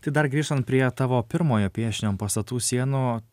tai dar grįžtant prie tavo pirmojo piešinio ant pastatų sienų